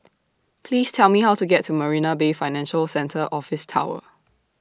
Please Tell Me How to get to Marina Bay Financial Centre Office Tower